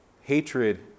hatred